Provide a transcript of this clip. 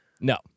No